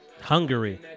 Hungary